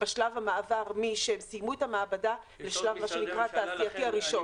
בשלב המעבר משהם סיימו את המעבדה לשלב התעשייתי הראשון.